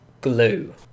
glue